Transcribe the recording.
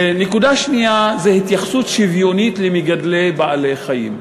נקודה שנייה היא התייחסות שוויונית למגדלי בעלי-חיים.